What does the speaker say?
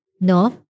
no